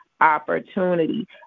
opportunity